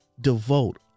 devote